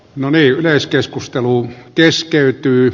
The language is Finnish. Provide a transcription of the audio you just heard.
no niin yleiskeskustelu keskeytyy